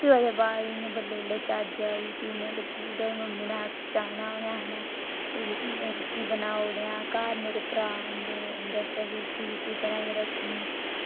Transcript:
भी ओह्दे बाद इंया बल्लें बल्लें चज्ज आई ते भी कुदै मम्मी नै जाना गै होऐ रुट्टी बनाई ओड़ेआ घर मेरे भ्राऽ रौहंदे उंदे आस्तै बी रुट्टी बनाइयै रक्खनी